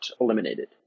eliminated